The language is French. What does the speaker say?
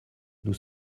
nous